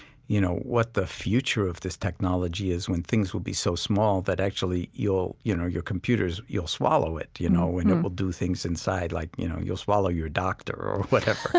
you know what the future of this technology is when things will be so small that actually your you know your computers, you'll swallow it you know and it will do things inside. like, you know, you'll swallow your doctor or whatever,